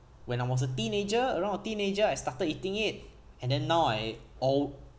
when I was a teenager around a teenager I started eating it and then now I al~